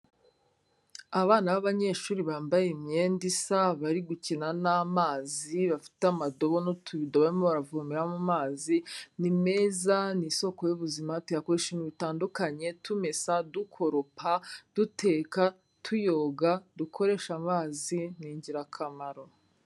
Abana b'abanyeshuri bambaye imyenda isa bari gukina n'amazi bafite amadobo n'utubido baravomera mu mazi ni meza n'isoko y'ubuzima, tuyakoresha bitandukanye tumesa, dukoropa, duteka, tuyoga dukoresha amazi n'ingirakamaro.